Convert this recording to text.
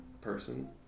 person